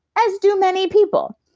as do many people.